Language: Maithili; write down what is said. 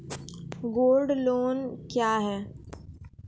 गोल्ड लोन लोन क्या हैं?